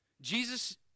Jesus